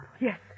Yes